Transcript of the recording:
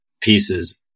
pieces